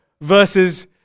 versus